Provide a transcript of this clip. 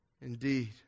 Indeed